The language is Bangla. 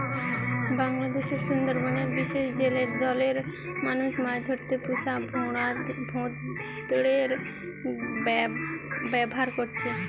বাংলাদেশের সুন্দরবনের বিশেষ জেলে দলের মানুষ মাছ ধরতে পুষা ভোঁদড়ের ব্যাভার করে